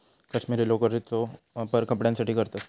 कश्मीरी लोकरेचो वापर कपड्यांसाठी करतत